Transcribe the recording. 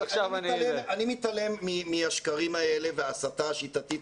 אני מתעלם מהשקרים האלה וההסתה השיטתית